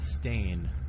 stain